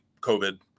COVID